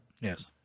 Yes